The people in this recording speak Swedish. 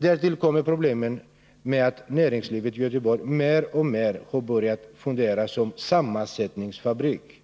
Därtill kommer problemet med att näringslivet i Göteborg mer och mer har börjat fungera som en sammansättningsfabrik.